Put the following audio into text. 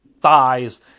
thighs